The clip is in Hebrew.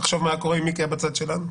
תחשוב מה היה קורה אם מיקי היה בצד שלנו.